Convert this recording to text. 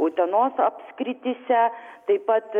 utenos apskrityse taip pat